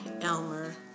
Elmer